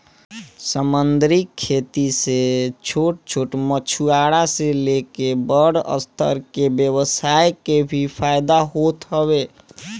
समंदरी खेती से छोट छोट मछुआरा से लेके बड़ स्तर के व्यवसाय के भी फायदा होत हवे